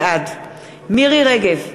בעד מירי רגב,